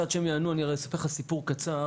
עד שהם יענו אני אספר לך סיפור קצר.